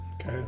Okay